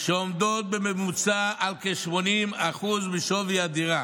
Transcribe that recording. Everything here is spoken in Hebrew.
שעומדות בממוצע על כ-80% משווי הדירה.